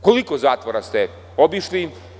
Koliko zatvora ste obišli?